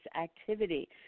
activity